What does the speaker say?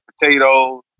potatoes